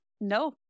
No